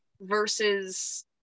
versus